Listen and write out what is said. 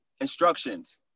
instructions